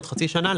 עוד חצי שנה,